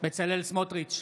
בצלאל סמוטריץ'